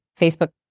Facebook